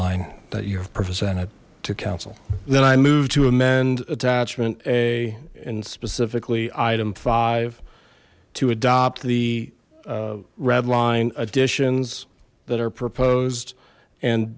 line that you've presented to council then i moved to amend attachment a and specifically item five to adopt the red line additions that are proposed and